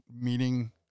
meeting